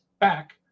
back